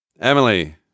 Emily